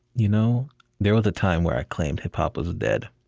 you know there was a time where i claimed hip-hop was dead.